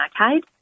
arcade